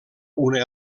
una